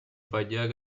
fachada